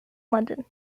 london